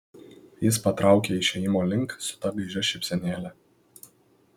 jis patraukė išėjimo link su ta gaižia šypsenėle